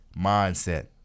mindset